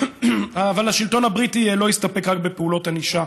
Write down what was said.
אבל השלטון הבריטי לא הסתפק רק בפעולות ענישה